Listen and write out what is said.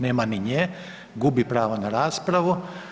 Nema ni nje, gubi pravo na raspravu.